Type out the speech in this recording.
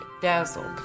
dazzled